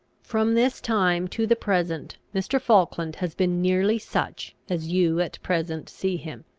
from this time to the present mr. falkland has been nearly such as you at present see him.